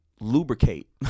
lubricate